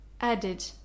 added